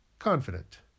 Confident